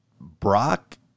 Brock